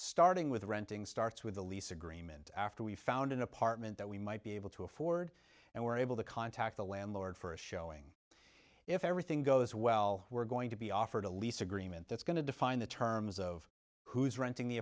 starting with renting starts with a lease agreement after we found an apartment that we might be able to afford and we're able to contact the landlord for a showing if everything goes well we're going to be offered a lease agreement that's going to define the terms of who's renting the